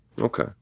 Okay